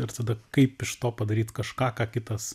ir tada kaip iš to padaryt kažką ką kitas